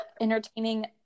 entertaining